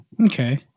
Okay